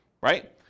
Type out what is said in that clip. right